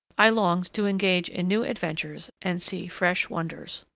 i longed to engage in new adventures and see fresh wonders.